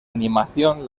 animación